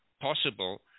possible